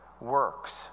works